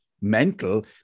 mental